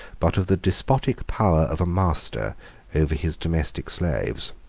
but of the despotic power of a master over his domestic slaves.